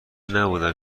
نبودم